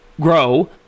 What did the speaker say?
Grow